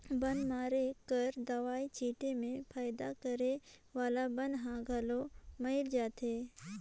बन मारे कर दवई छीटे में फायदा करे वाला बन हर घलो मइर जाथे